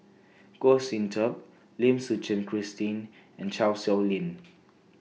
Goh Sin Tub Lim Suchen Christine and Chan Sow Lin